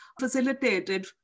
facilitated